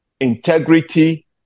integrity